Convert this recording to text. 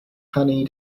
honey